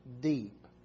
deep